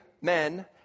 men